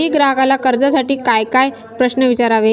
मी ग्राहकाला कर्जासाठी कायकाय प्रश्न विचारावे?